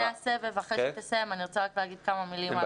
לפני הסבב, אחרי שתסיים, אני רוצה לומר כמה מלים.